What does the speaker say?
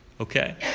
Okay